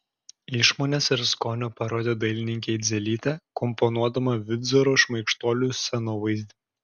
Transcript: išmonės ir skonio parodė dailininkė idzelytė komponuodama vindzoro šmaikštuolių scenovaizdį